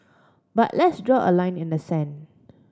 but let's draw a line in the sand